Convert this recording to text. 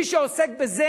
מי שעוסק בזה,